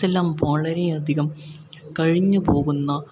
ഇതെല്ലാം വളരെയധികം കഴിഞ്ഞു പോകുന്ന